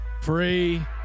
free